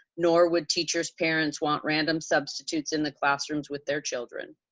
nor would teachers parents want random substitutes in the classrooms with their children.